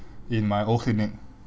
in my old clinic